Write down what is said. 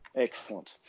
Excellent